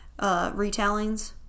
retellings